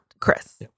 Chris